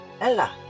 Ella